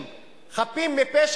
כבוד